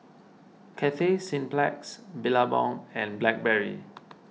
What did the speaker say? Cathay Cineplex Billabong and Blackberry